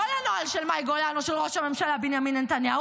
לא לנוהל של מאי גולן או של ראש הממשלה בנימין נתניהו,